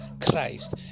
Christ